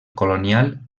colonial